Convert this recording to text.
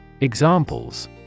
Examples